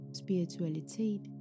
spiritualitet